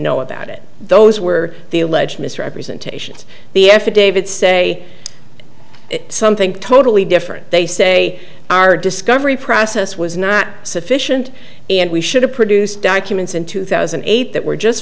know about it those were the alleged misrepresentations the affidavit say something totally different they say our discovery process was not sufficient and we should have produced documents in two thousand and eight that we're just